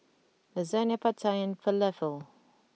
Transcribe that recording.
Lasagne Pad Thai and Falafel